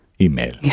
Email